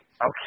Okay